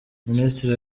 minisitiri